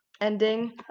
ending